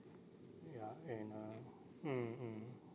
ya and uh mm mm